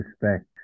respect